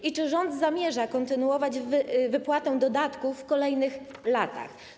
I czy rząd zamierza kontynuować wypłatę dodatków w kolejnych latach?